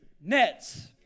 nets